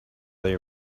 they